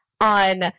on